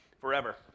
forever